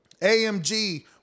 AMG